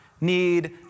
need